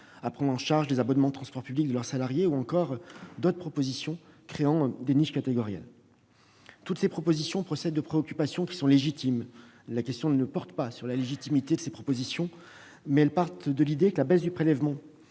à prendre en charge les abonnements de transports publics de leurs salariés, ou d'autres qui tendent à créer des niches catégorielles. Toutes ces propositions procèdent de préoccupations qui sont légitimes- la question ne porte pas sur cette légitimité -, mais elles partent de l'idée que la baisse des prélèvements